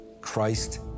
christ